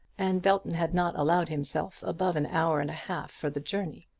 and belton had not allowed himself above an hour and a half for the journey.